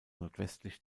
nordwestlich